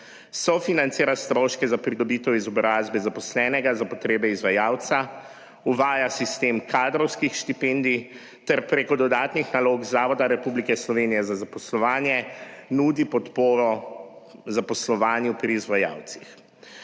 Sofinancira stroške za pridobitev izobrazbe zaposlenega za potrebe izvajalca, uvaja sistem kadrovskih štipendij ter preko dodatnih nalog Zavoda Republike Slovenije za zaposlovanje nudi podporo zaposlovanju pri izvajalcih.